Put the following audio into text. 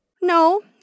No